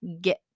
get